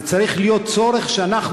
זה צריך להיות צורך שלנו,